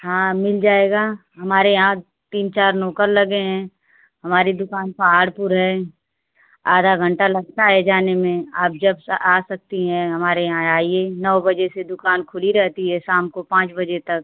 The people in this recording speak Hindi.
हाँ मिल जाएगा हमारे यहाँ तीन चार नौकर लगे हैं हमारी दुकान पहाड़पुर है आधा घंटा लगता है जाने में आप जब आ सकती हैं हमारे यहाँ आइए नौ बजे से दुकान खुली रहती है शाम को पाँच बजे तक